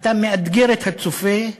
אתה מאתגר את הצופה,